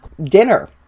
dinner